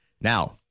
Now